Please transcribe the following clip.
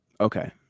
Okay